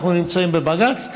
אנחנו נמצאים בבג"ץ,